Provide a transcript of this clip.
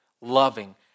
loving